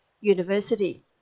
University